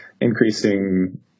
increasing